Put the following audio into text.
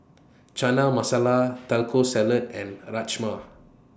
Chana Masala Taco Salad and Rajma